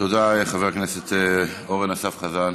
תודה, חבר הכנסת אורן אסף חזן.